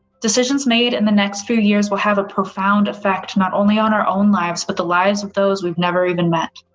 decisions made in and the next few years will have a profound effect not only on our own lives, but the lives of those we've never even met.